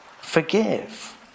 forgive